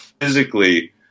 physically